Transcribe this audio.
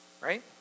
right